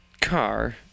car